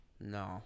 No